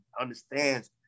understands